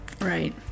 Right